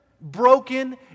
broken